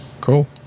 cool